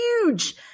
huge